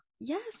yes